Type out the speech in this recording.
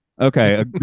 Okay